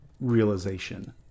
realization